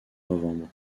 novembre